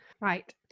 Right